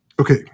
Okay